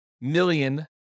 million